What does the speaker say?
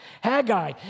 Haggai